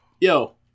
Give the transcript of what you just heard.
Yo